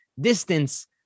distance